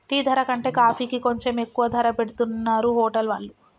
tea ధర కంటే కాఫీకి కొంచెం ఎక్కువ ధర పెట్టుతున్నరు హోటల్ వాళ్ళు